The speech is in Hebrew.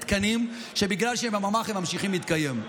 תקנים שבגלל שהם בממ"ח הם ממשיכים להתקיים.